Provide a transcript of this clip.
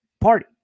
party